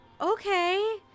okay